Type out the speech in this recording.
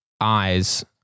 eyes